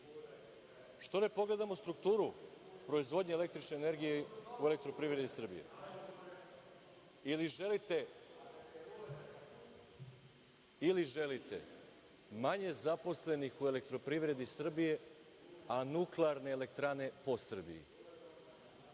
Što ne pogledamo strukturu proizvodnje električne energije u „Elektroprivredi Srbije“? Ili želite manje zaposlenih u „Elektroprivredi Srbije“ a nuklearne elektrane po Srbiji?